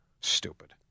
Stupid